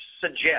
suggest